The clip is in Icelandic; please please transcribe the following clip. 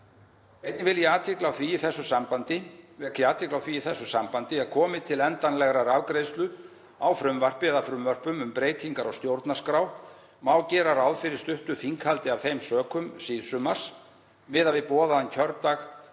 Einnig vek ég athygli á því í þessu sambandi að komi til endanlegrar afgreiðslu á frumvarpi eða frumvörpum um breytingar á stjórnarskrá má gera ráð fyrir stuttu þinghaldi af þeim sökum síðsumars miðað við boðaðan kjördag